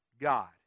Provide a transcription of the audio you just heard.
God